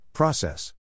Process